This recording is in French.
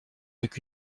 avec